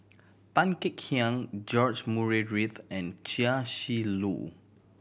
Tan Kek Hiang George Murray Reith and Chia Shi Lu